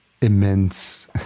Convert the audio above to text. immense